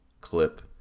clip